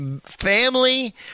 family